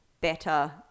better –